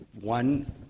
One